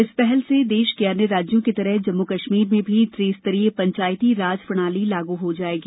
इस पहल से देश के अन्य राज्यों की तरह जम्मू कश्मीर में भी त्रिस्तरीय पंचायती राज प्रणाली लागू हो जायेगी